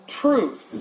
truth